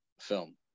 film